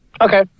okay